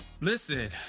Listen